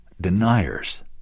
deniers